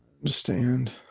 understand